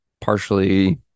partially